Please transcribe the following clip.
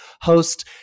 host